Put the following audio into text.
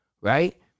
right